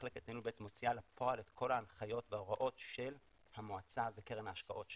היא מוציאה לפועל את כל ההנחיות וההוראות של המועצה וקרן ההשקעות שלה.